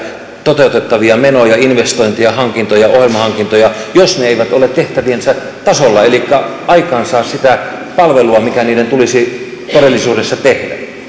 toteutettavia menoja investointeja hankintoja ohjelmahankintoja jos ne eivät ole tehtäviensä tasolla elikkä aikaansaa sitä palvelua mikä niiden tulisi todellisuudessa tehdä